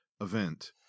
event